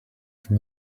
from